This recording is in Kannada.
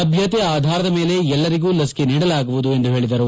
ಲಭ್ಯತೆ ಆಧಾರದ ಮೇಲೆ ಎಲ್ಲರಿಗೂ ಲಸಿಕೆ ನೀಡಲಾಗುವುದು ಎಂದು ಹೇಳಿದರು